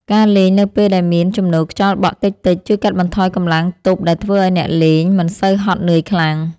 ការលេងនៅពេលដែលមានជំនោរខ្យល់បក់តិចៗ ជួយកាត់បន្ថយកម្លាំងទប់ដែលធ្វើឱ្យអ្នកលេងមិនសូវហត់នឿយខ្លាំង។